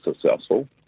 successful